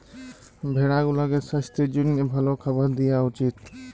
ভেড়া গুলাকে সাস্থের জ্যনহে ভাল খাবার দিঁয়া উচিত